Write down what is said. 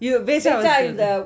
you becak was the trishaw